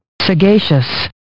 Sagacious